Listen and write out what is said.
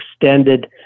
extended